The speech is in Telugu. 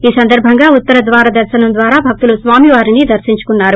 ఈ సందర్భంగా ఉత్తరద్వార దర్భనం ద్వారా భక్తులు స్వామి వారిని దర్పించున్నారు